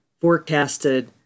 forecasted